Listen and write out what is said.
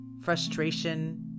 Frustration